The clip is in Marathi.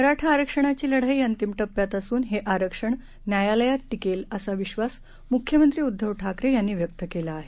मराठा आरक्षणाची लढाई अंतिम टप्प्यात असून हे आरक्षण न्यायालयात टिकेल असा विश्वास म्ख्यमंत्री उद्धव ठाकरे यांनी व्यक्त केला आहे